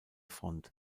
front